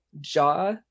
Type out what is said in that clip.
jaw